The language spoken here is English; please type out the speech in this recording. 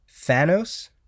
Thanos